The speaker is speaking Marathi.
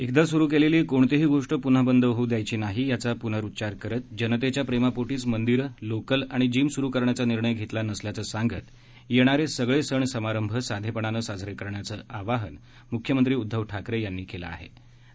एकदा सुरु केलेली कोणतीही गोष्ट पुन्हा बंद होऊ द्यायची नाही याचा पुनरुच्चार करत जनतेच्या प्रेमापोटीच मंदिरे लोकल आणि जीम सुरु करण्याचा निर्णय घेतलेला नसल्याचं सांगत येणारे सगळे सण समारंभ साधेपणानं साजरे करण्याचं मुख्यमंत्री उद्धव ठाकरे यांनी आवाहन केलं